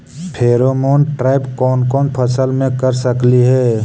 Pheromone trap कोन कोन फसल मे कर सकली हे?